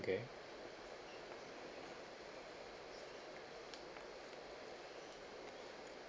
okay